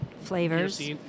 flavors